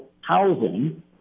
housing